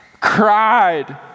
cried